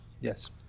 yes